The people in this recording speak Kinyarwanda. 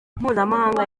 mpuzamahanga